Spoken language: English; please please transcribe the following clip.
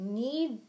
need